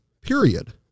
period